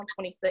26